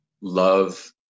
love